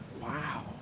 wow